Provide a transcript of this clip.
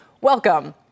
Welcome